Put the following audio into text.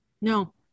No